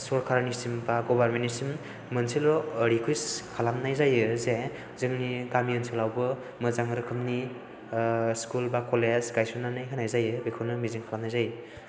सरकारनिसिम एबा गभर्नमेन्ट निसिम मोनसेल' रिकुवेस्ट खालामनाय जायो जे जोंनि गामि ओनसोलावबो मोजां रोखोमनि स्कुल एबा कलेज गायसन्नानै होनाय जायो बेखौनो मिजिं खालामनाय जायो